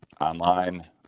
online